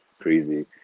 crazy